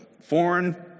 foreign